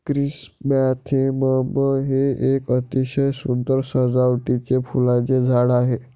chrysanthemum हे एक अतिशय सुंदर सजावटीचे फुलांचे झाड आहे